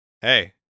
Hey